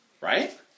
Right